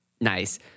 Nice